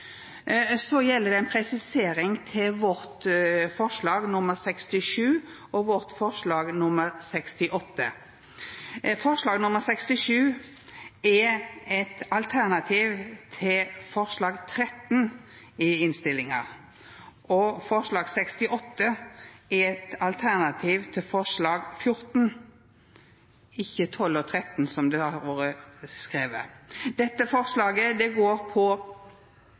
Så gjeld det ei presisering til våre forslag nr. 67 og 68. Forslag nr. 67 er eit alternativ til forslag nr. 13 i innstillinga, og forslag nr. 68 er eit alternativ til forslag nr. 14 – ikkje 12 og 13, slik det har vore skrive. Forslag nr. 67 går på